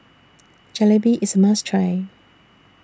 Jalebi IS A must Try